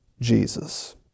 Jesus